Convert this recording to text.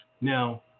Now